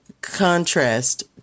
contrast